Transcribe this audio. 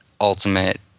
ultimate